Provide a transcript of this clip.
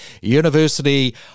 University